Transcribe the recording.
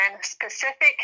specific